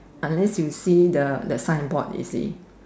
unless you see the the sign board you see